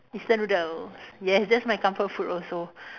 instant noodles yes that's my comfort food also